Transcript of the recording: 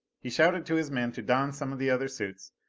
he shouted to his men to don some of the other suits,